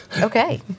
Okay